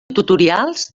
tutorials